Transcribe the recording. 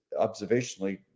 observationally